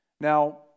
Now